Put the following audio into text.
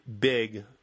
big